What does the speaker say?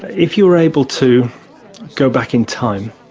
if you were able to go back in time,